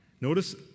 Notice